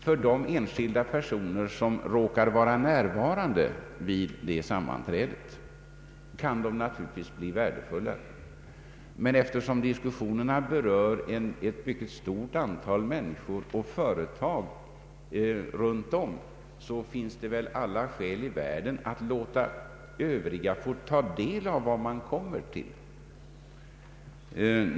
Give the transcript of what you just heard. För de enskilda personer som råkar vara närvarande vid sammanträdet kan diskussionerna naturligtvis bli värdefullare. Men eftersom de berör ett mycket stort antal människor på företag runt om i landet så finns det väl alla skäl i världen att låta övriga intresserade ta del av vad man kommer fram till.